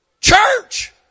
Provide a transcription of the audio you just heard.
Church